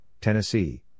Tennessee